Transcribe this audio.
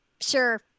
sure